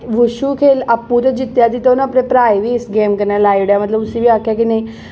wushu खेल आपूं ते जित्तेआ जित्तेआ उ'न्नै अपने भ्राऽ गी बी इस गेम कन्नै लाई ओड़ेआ मतलब उस्सी बी आखेआ कि नेईं